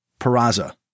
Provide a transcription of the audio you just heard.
Peraza